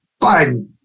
Biden